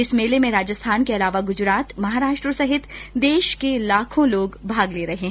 इस मेले में राजस्थान के अलावा गुजरात महाराष्ट्र सहित देश के लाखों लोग भाग ले रहे हैं